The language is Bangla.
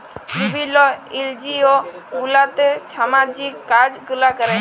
বিভিল্ল্য এলজিও গুলাতে ছামাজিক কাজ গুলা ক্যরে